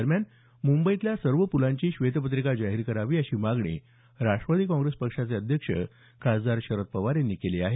दरम्यान मुंबईतल्या सर्व पुलांची श्वेतपत्रिका जाहीर करावी अशी मागणी राष्ट्रवादी काँग्रेसचे खासदार अध्यक्ष शरद पवार यांनी केली आहे